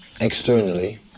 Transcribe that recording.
externally